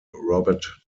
robert